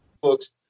books